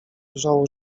wrzało